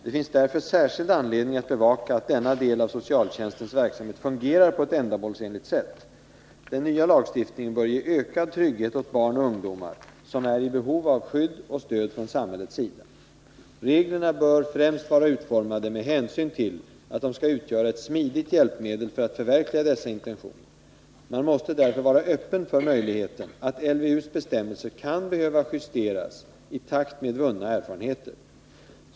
Det finns därför särskild anledning att bevaka att denna del av socialtjänstens verksamhet fungerar på ett ändamålsenligt sätt. Den nya lagstiftningen bör ge ökad trygghet åt barn och ungdomar som är i behov av skydd och stöd från samhällets sida. Reglerna bör främst vara utformade med hänsyn till att de skall utgöra ett smidigt hjälpmedel för att förverkliga dessa intentioner. Man måste därför vara öppen för möjligheten att LVU:s bestämmelser kan behöva justeras i takt med vunna erfarenheter.